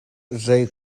zei